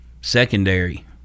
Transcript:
secondary